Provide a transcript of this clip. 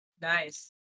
Nice